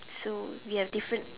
so we are different